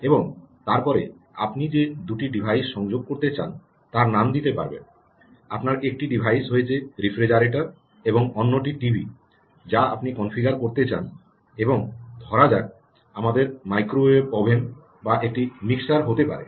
এবং তারপরে আপনি যে দুটি ডিভাইস সংযোগ করতে চান তার নাম দিতে পারবেন আপনার একটি ডিভাইস হয়েছে রেফ্রিজারেটর এবং অন্যটি টিভি যা আপনি কনফিগার করতে চান এবং ধরা যাক আমাদের মাইক্রোওয়েভ ওভেন বা একটি মিক্সার হতে পারে